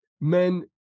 Men